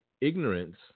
ignorance